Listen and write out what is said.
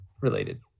Related